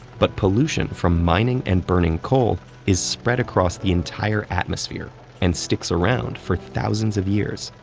but pollution from mining and burning coal is spread across the entire atmosphere and sticks around for thousands of years.